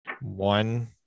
one